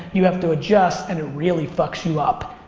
you have to adjust and it really fucks you up.